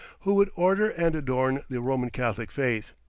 who would order and adorn the roman catholic faith.